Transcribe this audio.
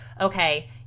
okay